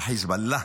החיזבאללה,